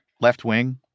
left-wing